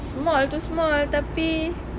small tu small tapi